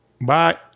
bye